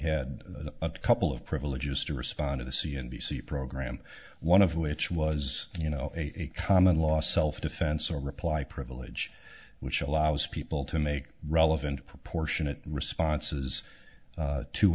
had a couple of privileges to respond to the c and b c program one of which was you know a common law self defense or reply privilege which allows people to make relevant proportionate responses